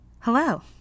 hello